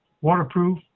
Waterproof